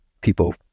people